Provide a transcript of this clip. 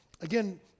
Again